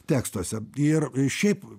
tekstuose ir šiaip